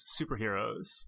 superheroes